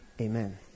Amen